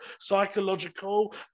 psychological